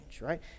right